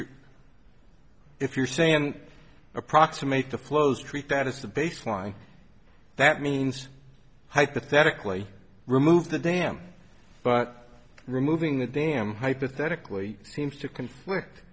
you're if you're saying approximate the flow street that is the baseline that means hypothetically remove the dam but removing the dam hypothetically seems to conflict